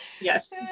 Yes